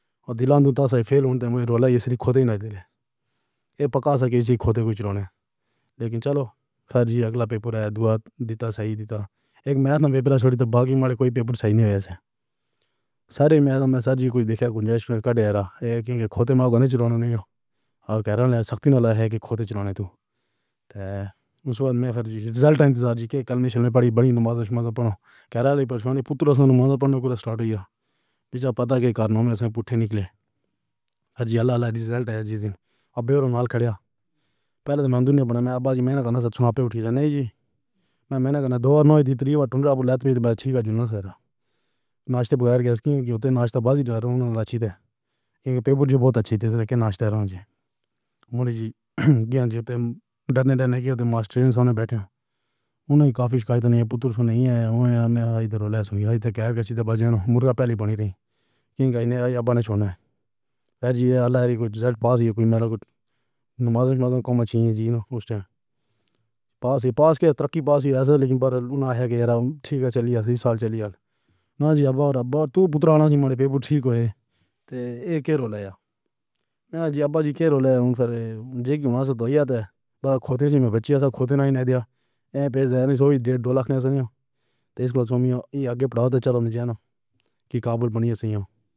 اور دِلان تو تھا فیل ہونے پر مجھے لگا ہی نہیں کھوتے نہیں رہے۔ یہ پکّا سا کسی کھوتے کو چلانے لیکن چلو۔ پھر بھی اگلا پیپر ہے دُعا دیتا صحیح دیتا۔ ایک میں پیپر چھوڑ تو باقی مالے کوئی پیپر صحیح نہیں ہے اِسے سارے میں تو میں سر جی کچھ دیکھے کُنجی ہے۔ کھڑے رہے کیونکہ کھوتے مانگنے چلانا نہیں ہے اور کہہ رہے ہیں سختی والا ہے کہ کھوتے چلانے تو مسکرا دے میرے فَرزی رزلٹ انتظار جی کے کل نہیں پڑھی۔ بڑی نماز پڑھنا کیا ہے۔ لیکن پرشانت پُتر صاحب نماز پڑھنے کے لیے بیچا پتہ کے باعث میں پوچھے نکلے۔ عزیز اللہ اللہ رزلٹ آ جس دن آپ نال کھلیا۔ پہلے تو میں دنیا میں ابّا جی نے کہا سب چھاپے اُٹھیئے گا۔ نہیں جی میں محنت کر۔ دو منٹ کی تروٹن ڈالو لات میں اچھی گجوری ناشتہ بغیر کیونکہ ناشتہ بس اچھی تھی کیونکہ بہت اچھی تھی۔ ناشتے رنجیت مُلائم کو ڈرنے لینے کی کوشش۔ اُنہیں بیٹھے ہوئے ہی کافی پُتر نہیں ہے۔ وہیں ہمیں آج اِدھر لے سوئیا کہہ کر کسی دیوتا نے مُرغا پہلی بار ہی نہیں کہا۔ اِنہیں یہ بتانا چاہیے اللہ کی کوئی سائٹ پاس ہی ہے کوئی میرا کو۔ نماز میں کمی ہے اُس ٹائم۔ پاس ہی پاس کے ترقی پاس ہی ایسا لیکن بَرلُونا ہے۔ میرا ٹھیک ہے چلیے صحیح سال چلیا نا جی۔ ابّا ربّا تُو بیٹا ہمارے پیپر ٹھیک ہوئے تو ایگو لایا میں اور جی ابا جی کے رول ہے اُوہ پھر جی کی واسطے کھوتے سے بچے کھوتے نہیں دیا۔ ہے بھائی سو بھی ڈیڑھ دو لکھ نہیں ہے آگے پڑھاؤ تو چلو کہ کابل بَنی ہے سئیّا۔